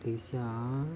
等一下啊